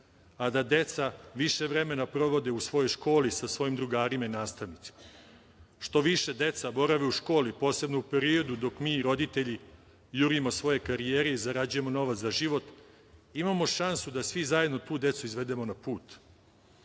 a da deca više vremena provode u svojoj školi sa svojim drugarima i nastavnicima. Što više deca borave u školi, posebno u periodu dok mi roditelji jurimo svoje karijere i zarađujemo novac za život, imamo šansu da svi zajedno tu decu izvedemo na